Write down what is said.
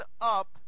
up